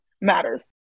matters